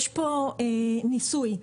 יש כאן ניסוי.